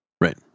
Right